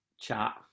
chat